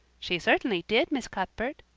she certainly did, miss cuthbert,